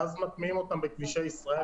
ואז מטמיעים אותם בכבישי ישראל,